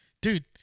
dude